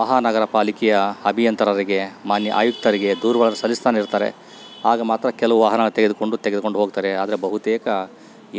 ಮಹಾನಗರ ಪಾಲಿಕೆಯ ಅಭಿಯಂತರರಿಗೆ ಮಾನ್ಯ ಆಯುಕ್ತರಿಗೆ ದೂರುಗಳನ್ನು ಸಲ್ಲಿಸ್ತಲೇ ಇರ್ತಾರೆ ಆಗ ಮಾತ್ರ ಕೆಲವು ವಾಹನ ತೆಗೆದುಕೊಂಡು ತೆಗೆದುಕೊಂಡು ಹೋಗ್ತಾರೆ ಆದರೆ ಬಹುತೇಕ